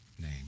name